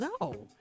No